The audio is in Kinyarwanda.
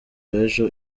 w’ejo